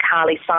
Carly